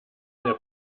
der